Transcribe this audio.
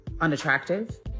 unattractive